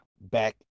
back